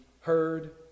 heard